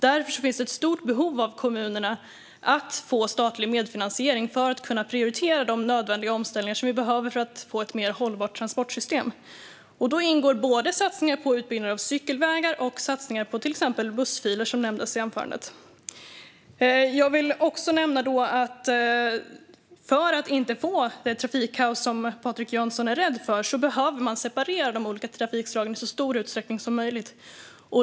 Därför finns det ett stort behov bland kommunerna av att få statlig medfinansiering för att de ska kunna prioritera de nödvändiga omställningar vi behöver göra för att få ett mer hållbart transportsystem. Då ingår både satsningar på utbyggnad av cykelvägar och satsningar på till exempel bussfiler, som nämndes i anförandet. Jag vill också nämna att man för att undvika det trafikkaos Patrik Jönsson är rädd för behöver separera de olika trafikslagen i så stor utsträckning som möjligt.